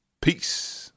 peace